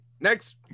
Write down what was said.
Next